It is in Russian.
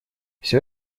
все